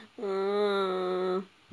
ah